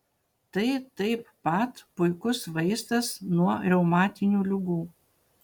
tai taip pat puikus vaistas nuo reumatinių ligų